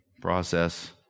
process